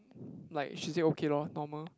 like she say okay lor normal